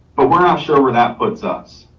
but we're not sure where that puts us.